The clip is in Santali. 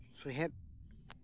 ᱥᱩᱭᱮᱫ